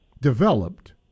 developed